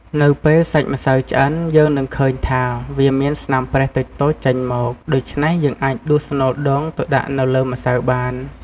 នៅពេលសាច់ម្សៅឆ្អិន យើងនឹងឃើញថា វាមានស្នាមប្រេះតូចៗចេញមក ដូច្នេះ យើងអាចដួសស្នូលដូងទៅដាក់នៅលើម្សៅបាន។